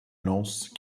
lance